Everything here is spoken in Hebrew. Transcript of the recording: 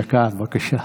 דקה, בבקשה.